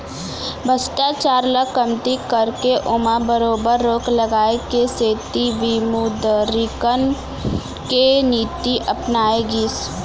भस्टाचार ल कमती करके ओमा बरोबर रोक लगाए के सेती विमुदरीकरन के नीति अपनाए गिस